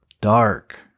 dark